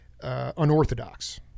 unorthodox